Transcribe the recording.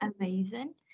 amazing